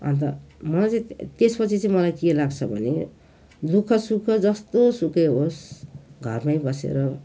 अन्त मलाई चाहिँ त्यस पछि चाहिँ मलाई के लाग्छ भने दुःख सुख जस्तो सुकै होस् घरमै बसेर